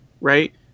Right